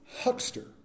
Huckster